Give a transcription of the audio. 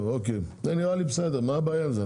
טוב אוקיי, זה נראה לי בסדר, מה הבעיה עם זה?